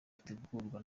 ritegurwa